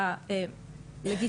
אבל אם זה ביטוי של מיניות,